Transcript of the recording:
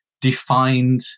defined